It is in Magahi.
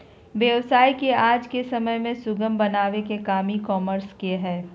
व्यवसाय के आज के समय में सुगम बनावे के काम ई कॉमर्स के हय